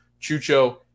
Chucho